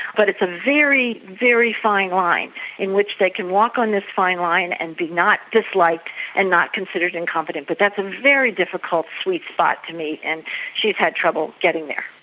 but it's a very, very fine line in which they can walk on this fine line and be not disliked and not considered incompetent, but that's a very difficult sweet spot to meet, and she's had trouble getting there.